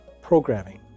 programming